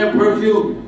perfume